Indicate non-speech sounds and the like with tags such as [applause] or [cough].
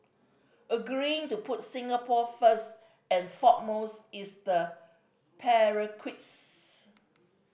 agreeing to put Singapore first and foremost is the [unintelligible]